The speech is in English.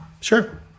Sure